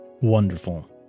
Wonderful